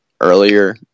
earlier